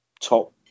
top